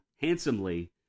handsomely